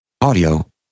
Audio